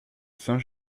saint